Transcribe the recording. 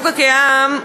החוק הקיים,